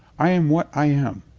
i am what i am.